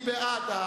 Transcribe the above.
מי בעד?